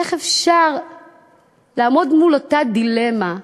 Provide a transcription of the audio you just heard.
איך אפשר לעמוד מול אותה דילמה?